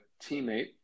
teammate